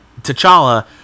T'Challa